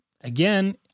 again